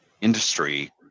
industry